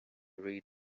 read